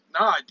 No